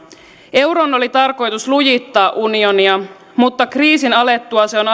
euron oli tarkoitus lujittaa uni onia mutta kriisin alettua se on